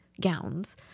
gowns